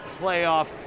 playoff